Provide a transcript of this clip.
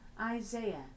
isaiah